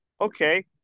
okay